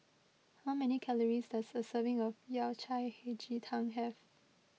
how many calories does a serving of Yao Cai Hei Ji Tang have